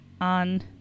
on